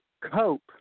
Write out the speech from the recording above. cope